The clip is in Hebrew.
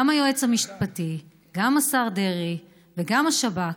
גם היועץ המשפטי, גם השר דרעי וגם השב"כ,